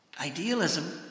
idealism